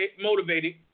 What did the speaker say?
motivated